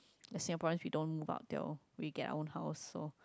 the Singaporeans we don't move out till we get our own house so